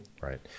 right